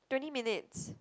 twenty minutes